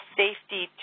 safety